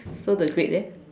so the grade eh